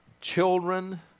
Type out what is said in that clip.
children